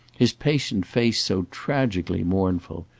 his patient face so tragically mournful,